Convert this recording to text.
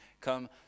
come